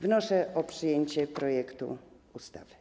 Wnoszę o przyjęcie projektu ustawy.